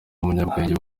umunyabwenge